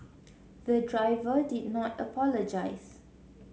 the driver did not apologise